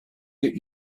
get